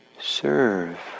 serve